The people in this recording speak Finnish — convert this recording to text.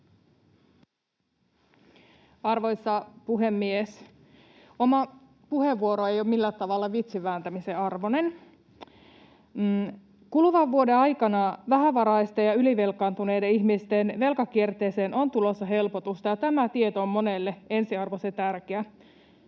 Arvoisa puhemies! Oma puheenvuoroni ei ole millään tavalla vitsin vääntämisen arvoinen. Kuluvan vuoden aikana vähävaraisten ja ylivelkaantuneiden ihmisten velkakierteeseen on tulossa helpotusta, ja tämä tieto on monelle ensiarvoisen tärkeä.